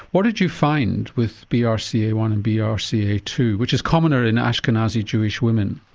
what did you find with b r c a one and b r c a two which is commoner in ashkenazi jewish women?